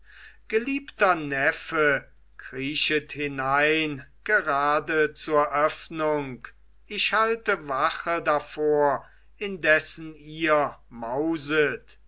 geliebter neffe kriechet hinein gerade zur öffnung ich halte wache davor indessen ihr mauset